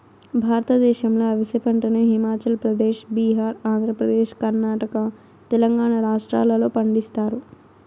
భారతదేశంలో అవిసె పంటను హిమాచల్ ప్రదేశ్, బీహార్, ఆంధ్రప్రదేశ్, కర్ణాటక, తెలంగాణ రాష్ట్రాలలో పండిస్తారు